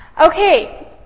Okay